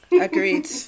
Agreed